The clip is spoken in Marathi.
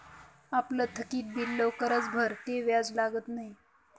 आपलं थकीत बिल लवकर भरं ते व्याज लागत न्हयी